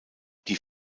die